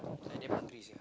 like that for peace ya